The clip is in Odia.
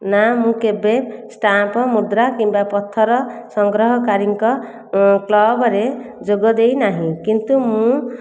ନାଁ ମୁଁ କେବେ ଷ୍ଟାମ୍ପ ମୁଦ୍ରା କିମ୍ବା ପଥର ସଂଗ୍ରହକାରୀଙ୍କ କ୍ଲବରେ ଯୋଗଦେଇ ନାହିଁ କିନ୍ତୁ ମୁଁ